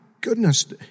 goodness